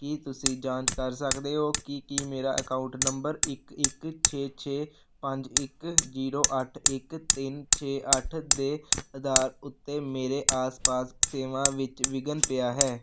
ਕੀ ਤੁਸੀਂ ਜਾਂਚ ਕਰ ਸਕਦੇ ਹੋ ਕਿ ਕੀ ਮੇਰਾ ਅਕਾਊਂਟ ਨੰਬਰ ਇੱਕ ਇੱਕ ਛੇ ਛੇ ਪੰਜ ਇੱਕ ਜੀਰੋ ਅੱਠ ਇੱਕ ਤਿੰਨ ਛੇ ਅੱਠ ਦੇ ਅਧਾਰ ਉੱਤੇ ਮੇਰੇ ਆਸ ਪਾਸ ਸੇਵਾ ਵਿੱਚ ਵਿਘਨ ਪਿਆ ਹੈ